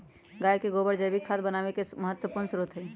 गाय के गोबर जैविक खाद बनावे के एक महत्वपूर्ण स्रोत हई